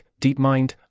DeepMind